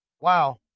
Wow